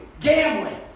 gambling